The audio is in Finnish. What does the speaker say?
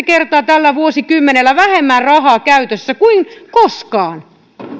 kertaa tällä vuosikymmenellä vähemmän rahaa käytössä kuin koskaan